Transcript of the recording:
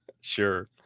Sure